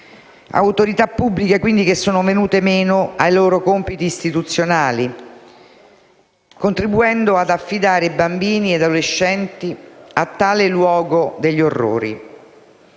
autorità pubbliche, quindi, che sono venute meno ai loro compiti istituzionali, contribuendo ad affidare bambini e adolescenti a tale luogo degli orrori.